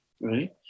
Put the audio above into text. right